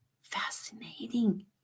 Fascinating